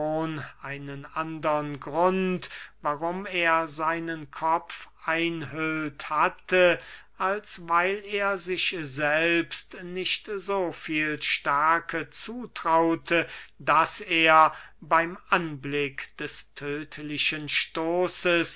einen andern grund warum er seinen kopf einhüllt hatte als weil er sich selbst nicht so viel stärke zutraute daß er beym anblick des tödtlichen stoßes